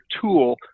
tool